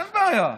אין בעיה.